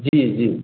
जी जी